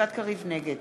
נגד